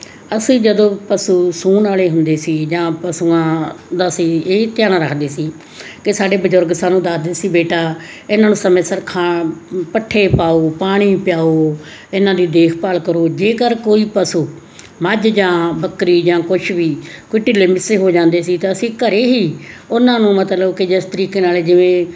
ਅਸੀਂ ਜਦੋਂ ਪਸ਼ੂ ਸੂਣ ਵਾਲੇ ਹੁੰਦੇ ਸੀ ਜਾਂ ਪਸ਼ੂਆਂ ਦਾ ਸੀ ਇਹ ਧਿਆਨ ਰੱਖਦੇ ਸੀ ਕਿ ਸਾਡੇ ਬਜ਼ੁਰਗ ਸਾਨੂੰ ਦੱਸਦੇ ਸੀ ਬੇਟਾ ਇਹਨਾਂ ਨੂੰ ਸਮੇਂ ਸਿਰ ਖਾਣ ਪੱਠੇ ਪਾਓ ਪਾਣੀ ਪਿਆਓ ਇਹਨਾਂ ਦੀ ਦੇਖਭਾਲ ਕਰੋ ਜੇਕਰ ਕੋਈ ਪਸ਼ੂ ਮੱਝ ਜਾਂ ਬੱਕਰੀ ਜਾਂ ਕੁਛ ਵੀ ਕੋਈ ਢਿੱਲੇ ਮੱਸੇ ਹੋ ਜਾਂਦੇ ਸੀ ਤਾਂ ਅਸੀਂ ਘਰੇ ਹੀ ਉਹਨਾਂ ਨੂੰ ਮਤਲਬ ਕਿ ਜਿਸ ਤਰੀਕੇ ਨਾਲ ਜਿਵੇਂ